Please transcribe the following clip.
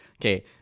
okay